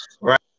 right